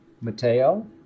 Mateo